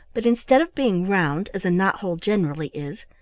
but instead of being round, as a knot-hole generally is,